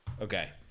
Okay